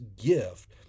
gift